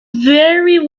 very